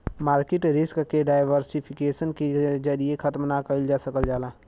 market risk के diversification के जरिये खत्म ना कइल जा सकल जाला